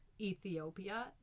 Ethiopia